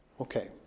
Okay